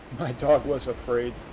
my dog was afraid.